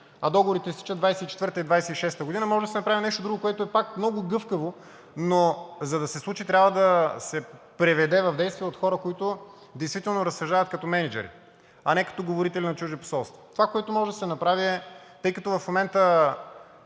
а договорите изтичат 2024-а и 2026 г. Може да се направи нещо друго, което е пак много гъвкаво, но за да се случи това, трябва да се приведе в действие от хора, които действително разсъждават като мениджъри, а не като говорители на чужди посолства. Това, което може да се направи, е, тъй като в момента